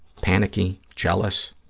panicky, jealous,